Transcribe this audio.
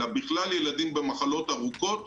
אלא בכלל ילדים במחלות ארוכות,